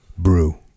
Brew